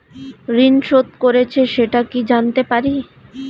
ঋণ শোধ করেছে সেটা কি জানতে পারি?